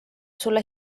sulle